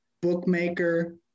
Bookmaker